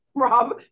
Rob